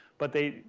but they,